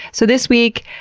so this week,